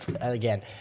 again